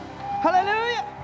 Hallelujah